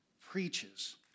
preaches